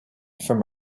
from